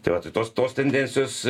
tai va tai tos tos tendencijos